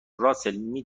راسل، می